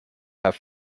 have